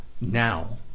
now